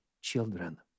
children